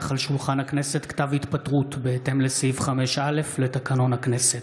על שולחן הכנסת כתב התפטרות בהתאם לסעיף 5(א) לתקנון הכנסת.